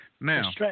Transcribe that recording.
Now